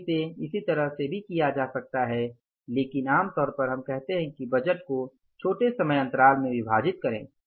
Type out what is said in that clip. तो इसे उस तरह सेभी किया जा सकता है लेकिन आम तौर पर हम कहते हैं कि बजट को छोटे समय अंतराल में विभाजित करें